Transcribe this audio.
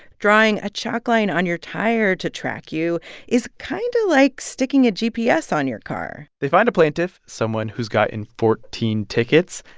drawing a chalk line on your tire to track you is kind of like sticking a gps on your car they find a plaintiff, someone who's gotten fourteen tickets,